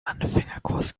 anfängerkurs